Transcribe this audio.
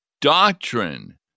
doctrine